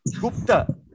Gupta